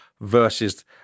versus